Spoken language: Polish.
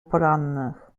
porannych